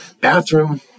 Bathroom